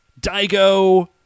Daigo